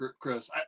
chris